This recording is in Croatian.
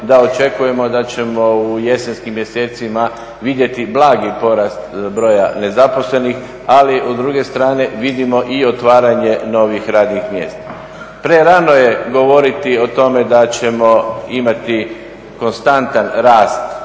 da očekujemo da ćemo u jesenskim mjesecima vidjeti blagi porast broja nezaposlenih, ali s druge strane vidimo i otvaranje novih radnih mjesta. Prerano je govoriti o tome da ćemo imati konstantan rast